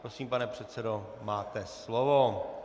Prosím, pane předsedo, máte slovo.